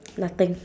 nothing